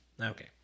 Okay